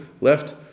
left